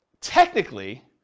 technically